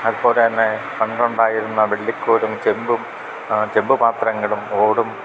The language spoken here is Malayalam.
അതുപോലെതന്നെ പണ്ടുണ്ടായിരുന്ന വെള്ളിക്കോലും ചെമ്പും ചെമ്പുപാത്രങ്ങളും ഓടും